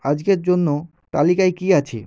আজকের জন্য তালিকায় কী আছে